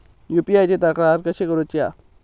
UPI ची तक्रार कशी करुची हा?